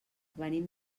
venim